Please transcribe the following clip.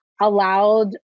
allowed